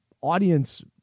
audience